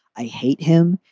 i hate him.